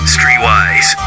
Streetwise